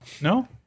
No